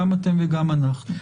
גם אתם וגם אנחנו.